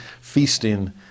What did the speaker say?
feasting